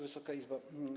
Wysoka Izbo!